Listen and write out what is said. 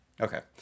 Okay